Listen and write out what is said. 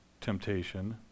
temptation